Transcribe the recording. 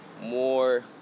more